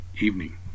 evening